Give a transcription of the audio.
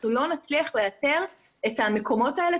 אנחנו לא נצליח לייצר את המקומות האלה,